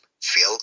feel